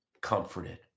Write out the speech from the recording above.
comforted